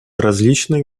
различные